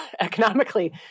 economically